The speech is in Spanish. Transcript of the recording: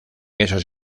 esos